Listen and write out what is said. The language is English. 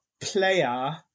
player